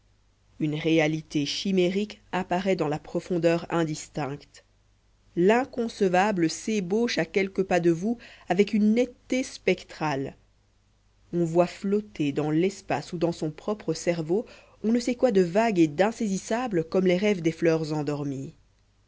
une réalité chimérique apparaît dans la profondeur indistincte l'inconcevable s'ébauche à quelques pas de vous avec une netteté spectrale on voit flotter dans l'espace ou dans son propre cerveau on ne sait quoi de vague et d'insaisissable comme les rêves des fleurs endormies